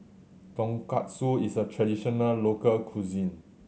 tonkatsu is a traditional local cuisine